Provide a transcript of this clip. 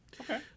Okay